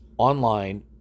online